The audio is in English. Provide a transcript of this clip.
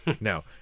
No